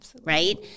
Right